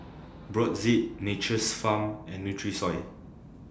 Brotzeit Nature's Farm and Nutrisoy